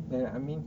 then amin